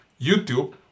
YouTube